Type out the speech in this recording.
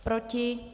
Proti?